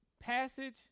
Passage